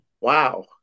Wow